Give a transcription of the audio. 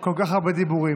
כל כך הרבה דיבורים.